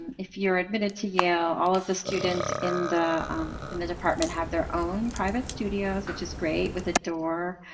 if you're admitted to yale, all of the students in the in the department have their own private studios which is great with a door.